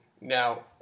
Now